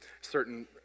certain